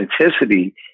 authenticity